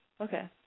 Okay